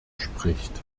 spricht